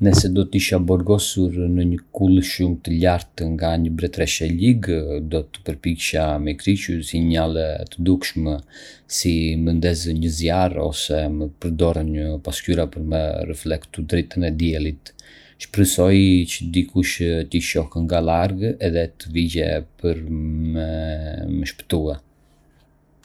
Nëse do të isha burgosur në një kullë shumë të lartë nga një mbretëreshë e ligë, do të përpiqesha me kriju sinjale të dukshme, si me ndezë një zjarr ose me përdorë pasqyra për me reflektu dritën e diellit. Shpresoj që dikush t’i shohë nga larg edhe të vijë për me më shpëtue.